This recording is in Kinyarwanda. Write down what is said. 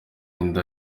inda